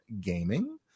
gaming